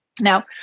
Now